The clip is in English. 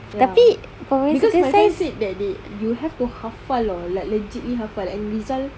ya because my friend said that they you have to halal [tau] like legitly halal and rizal